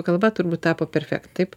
kalba turbūt tapo perfekt taip